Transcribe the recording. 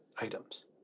items